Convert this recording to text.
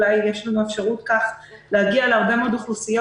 אולי יש לנו אפשרות כך להגיע להרבה מאוד אוכלוסיות